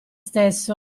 stesso